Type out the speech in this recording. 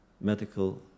medical